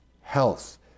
health